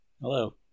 hello